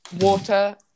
water